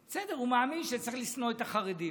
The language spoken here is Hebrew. בסדר, הוא מאמין שצריך לשנוא את החרדים.